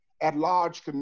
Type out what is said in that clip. at-large